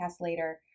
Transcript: later